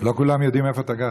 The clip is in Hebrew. לא יודעים איפה אתה גר,